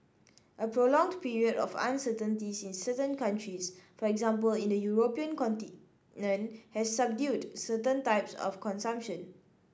a prolonged period of uncertainties in certain countries for example in the European continent has subdued certain types of consumption